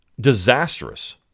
Disastrous